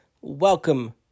Welcome